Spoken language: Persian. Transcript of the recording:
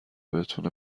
بتونه